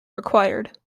required